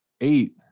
eight